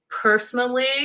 personally